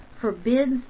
forbids